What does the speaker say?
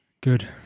Good